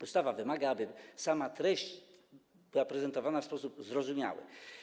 Ustawa wymaga, aby sama treść była prezentowana w sposób zrozumiały.